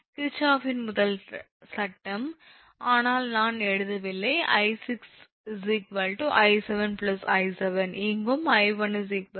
கிர்ஷாப்பின் முதல் சட்டம் ஆனால் நான் எழுதவில்லை 𝐼6 𝑖7𝐼7 இங்கும் 𝐼1 𝑖1𝐼2